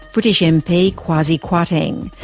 british mp, kwasi kwarteng.